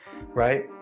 right